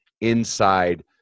inside